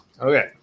Okay